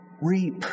reap